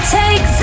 take